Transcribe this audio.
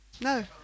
No